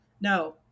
No